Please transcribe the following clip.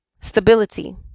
Stability